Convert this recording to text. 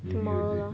tomorrow lor